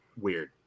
weird